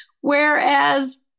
whereas